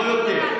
לא יותר.